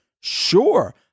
Sure